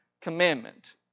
commandment